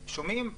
שומעים?